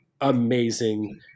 Amazing